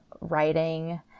writing